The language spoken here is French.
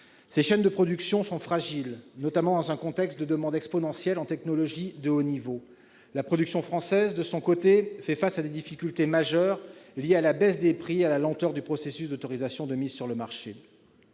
Ces chaînes de production sont fragiles, notamment dans un contexte de demande exponentielle en technologie de haut niveau. La production française, de son côté, fait face à des difficultés majeures liées à la baisse des prix et à la lenteur du processus d'autorisation de mise sur le marché.